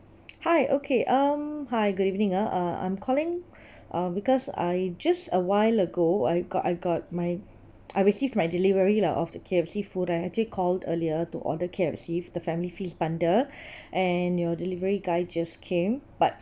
hi okay um hi good evening ah uh I'm calling uh because I just awhile ago I got I got my I received my delivery lah of the K_F_C food I actually called earlier to order K_F_C the family feast bundle and your delivery guy just came but